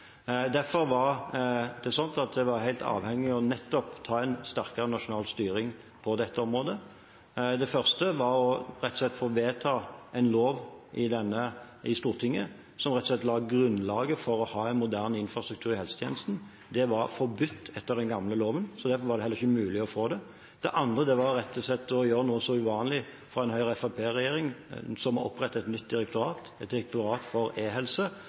Derfor var det slik at jeg var helt avhengig av nettopp å ta en sterkere nasjonal styring på dette området. Det første var å få vedtatt en lov i Stortinget som la grunnlaget for å ha en moderne infrastruktur i helsetjenesten. Det var forbudt etter den gamle loven, så derfor var det heller ikke mulig å få det. Det andre var å gjøre noe så uvanlig – for en Høyre–Fremskrittsparti-regjering – som å opprette et nytt direktorat, et direktorat for